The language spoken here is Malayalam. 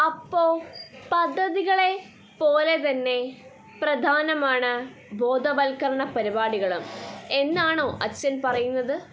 അപ്പോൾ പദ്ധതികളെ പോലെ തന്നെ പ്രധാനമാണ് ബോധവത്കരണ പരിപാടികളും എന്നാണോ അച്ഛൻ പറയുന്നത്